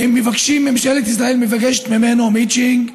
ממשלת ישראל מבקשת ממנו מצ'ינג,